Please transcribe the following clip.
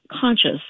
conscious